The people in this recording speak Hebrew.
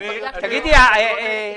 פירטנו את המעשים שלהן לבג"ץ.